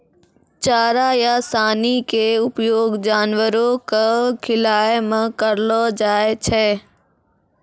चारा या सानी के उपयोग जानवरों कॅ खिलाय मॅ करलो जाय छै